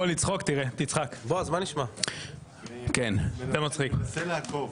ששורף כבישים --- בלי פרעות.